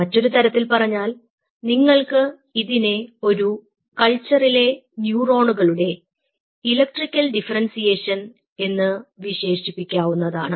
മറ്റൊരു തരത്തിൽ പറഞ്ഞാൽ നിങ്ങൾക്ക് ഇതിനെ ഒരു കൾച്ചറിലെ ന്യൂറോണുകളുടെ ഇലക്ട്രിക്കൽ ഡിഫറെൻസിയേഷൻ എന്ന് വിശേഷിപ്പിക്കാവുന്നതാണ്